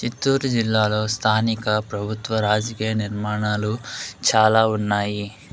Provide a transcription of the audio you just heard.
చిత్తూరు జిల్లాలో స్థానిక ప్రభుత్వ రాజకీయ నిర్మాణాలు చాలా ఉన్నాయి